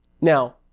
Now